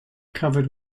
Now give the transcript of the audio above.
covered